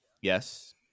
yes